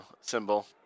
symbol